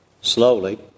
Slowly